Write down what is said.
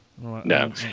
No